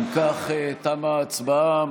אם כך, תמה ההצבעה.